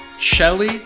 Shelly